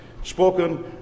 spoken